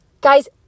Guys